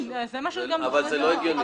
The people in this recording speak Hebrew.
אבל זה לא הגיוני.